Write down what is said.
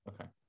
okay